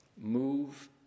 move